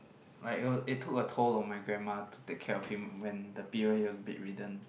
like uh it took a toll on my grandma to take care of him when the period he was bedridden